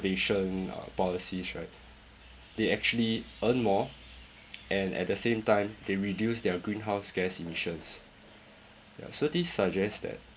conservation uh policies right they actually earn more and at the same time they reduce their greenhouse gas emissions ya so this suggests that